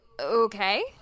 Okay